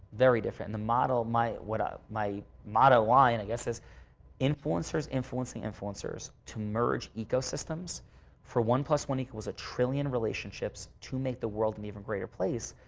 very different. the model might. ah my motto line. and i guess as influencers influencing influencers to merge ecosystems for one plus one equal was a trillion relationships to make the world an even greater place.